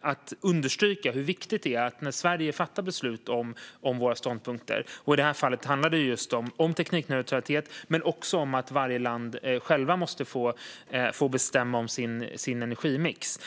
att understryka hur viktigt det är när Sverige fattar beslut om våra ståndpunkter. I det har fallet handlar det just om teknikneutralitet men också om att vara land självt måste få bestämma om sin energimix.